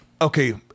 Okay